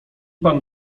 pan